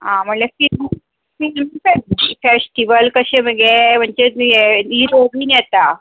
आं म्हणल्यार film film festival तशें मगे म्हणजे हिरो बीन येता